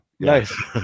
Nice